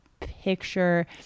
picture